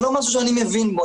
זה לא משהו שאני מבין בו.